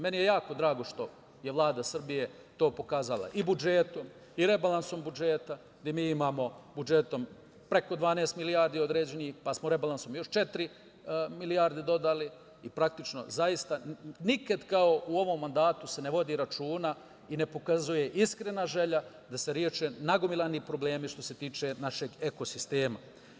Meni je jako drago što je Vlada Srbije to i pokazala budžetom i rebalansom budžeta, gde mi imamo budžetom preko 12 milijardi određenih, pa smo rebalansom još četiri milijarde dodali i praktično zaista nikad kao u ovom mandatu se ne vodi računa i ne pokazuje iskrena želja da se reše nagomilani problemi što se tiče našeg ekosistema.